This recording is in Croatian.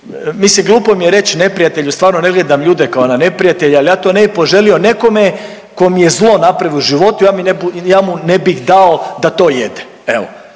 mislim glupo mi je reći neprijatelju, stvarno ne gledam ljude kao na neprijatelje, ali ja to ne bih poželio nekome tko mi je zlo napravio u životu. Ja mu ne bih dao da to jede evo